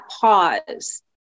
pause